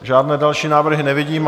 Žádné další návrhy nevidím.